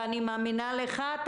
ואני מאמינה לך,